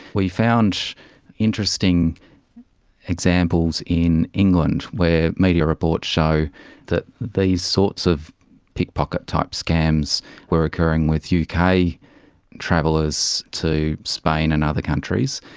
we found interesting examples in england where media reports show that these sorts of pickpocket type scams were occurring with uk kind of travellers to spain and other countries.